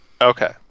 Okay